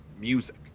music